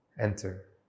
Enter